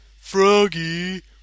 Froggy